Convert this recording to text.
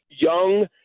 young